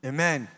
Amen